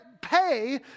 pay